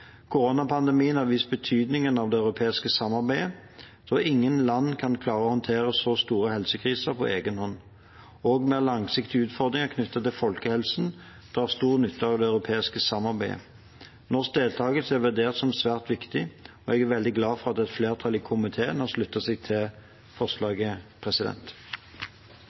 Koronapandemien har vist betydningen av det europeiske samarbeidet, og ingen land kan klare å håndtere så store helsekriser på egen hånd. Med langsiktige utfordringer knyttet til folkehelsen har vi stor nytte av det europeiske samarbeidet. Norsk deltakelse er vurdert som svært viktig, og jeg er veldig glad for at et flertall i komiteen har sluttet seg til